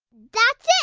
that's it.